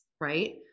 right